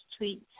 tweets